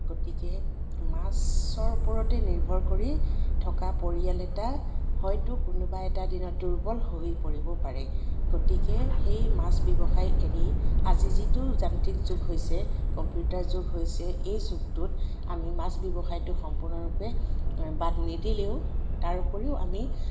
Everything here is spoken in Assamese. গতিকে মাছৰ ওপৰতেই নিৰ্ভৰ কৰি থকা পৰিয়াল এটা হয়তো কোনোবা এটা দিনত দুৰ্বল হৈ পৰিব পাৰে গতিকে সেই মাছ ব্যৱসায় এৰি আজি যিটো যান্ত্ৰিক যুগ হৈছে কম্পিউটাৰ যুগ হৈছে এই যুগটোত আমি মাছ ব্যৱসায়টো সম্পূৰ্ণৰূপে বাদ নিদিলেও তাৰ উপৰিও আমি